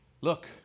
look